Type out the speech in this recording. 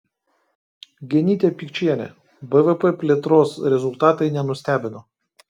genytė pikčienė bvp plėtros rezultatai nenustebino